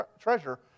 treasure